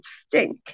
stink